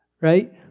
right